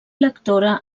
lectora